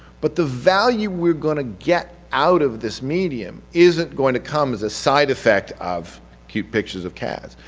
but the value we're going to get out of this medium isn't going to come as a side effect of cute pictures of cats,